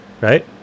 right